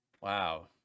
Wow